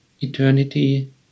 eternity